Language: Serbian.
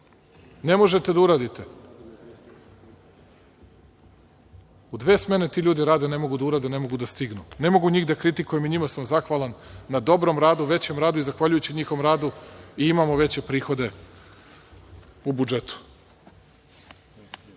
Ne možete da uradite, u dve smene ti ljudi rade, ne mogu da stignu. Ne mogu njih da kritikujem, i njima sam zahvalan na dobrom radu, većem radu, i zahvaljujući njihovom radu i imamo veće prihode u budžetu. Sada